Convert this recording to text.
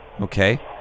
Okay